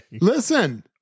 Listen